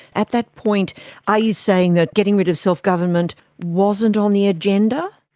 at that point are you saying that getting rid of self-government wasn't on the agenda?